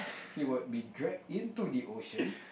he would be drag into the ocean